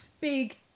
big